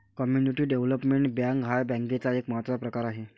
community development bank हा बँकेचा एक महत्त्वाचा प्रकार आहे